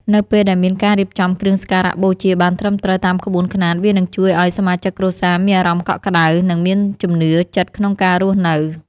នៅពេលដែលមានការរៀបចំគ្រឿងសក្ការបូជាបានត្រឹមត្រូវតាមក្បួនខ្នាតវានឹងជួយឱ្យសមាជិកគ្រួសារមានអារម្មណ៍កក់ក្តៅ និង មានជំនឿចិត្តក្នុងការរស់នៅ។